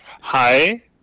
Hi